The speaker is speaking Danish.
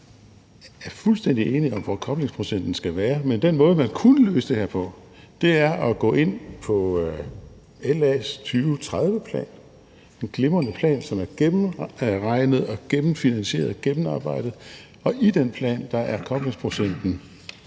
ikke er fuldstændig enige om, hvor koblingsprocenten skal være, men den måde, man kunne løse det her på, kan man se ved at gå ind på LA's 2030-plan – en glimrende plan, som er gennemregnet og gennemfinansieret og gennemarbejdet – og i den plan er koblingsprocenten